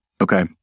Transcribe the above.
Okay